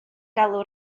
galw